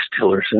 Tillerson